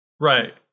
Right